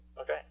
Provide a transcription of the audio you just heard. Okay